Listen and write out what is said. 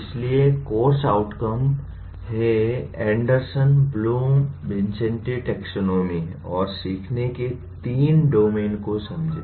इसलिए course outcome है Anderson Bloom विन्सेंटी टैक्सोनॉमी और सीखने के तीन डोमेन को समझें